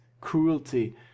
cruelty